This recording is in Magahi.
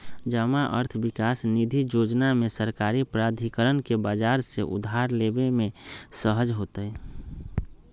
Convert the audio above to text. जमा अर्थ विकास निधि जोजना में सरकारी प्राधिकरण के बजार से उधार लेबे में सहज होतइ